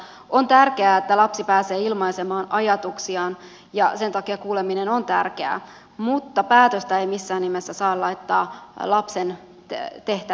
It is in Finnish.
on tärkeää että lapsi pääsee ilmaisemaan ajatuksiaan ja sen takia kuuleminen on tärkeää mutta päätöstä ei missään nimessä saa laittaa lapsen tehtäväksi